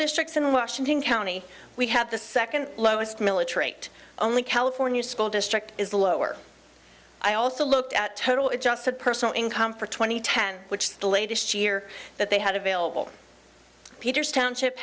districts in washington county we have the second lowest military only california school district is lower i also looked at total adjusted personal income for twenty ten which the latest year that they had available peters township